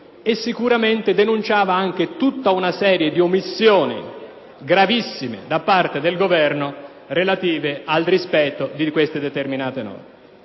e sicuramente anche tutta una serie di gravissime omissioni da parte del Governo relative al rispetto di queste determinate norme.